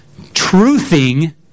truthing